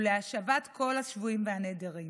ולהשבת כל השבויים והנעדרים.